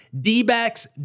D-backs